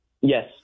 Yes